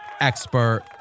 expert